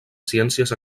ciències